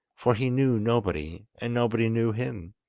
for he knew nobody and nobody knew him.